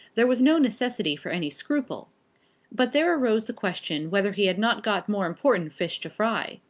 there was no necessity for any scruple but there arose the question whether he had not got more important fish to fry.